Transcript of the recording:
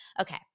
okay